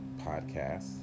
podcast